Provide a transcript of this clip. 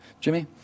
Jimmy